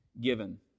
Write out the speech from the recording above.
given